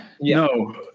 No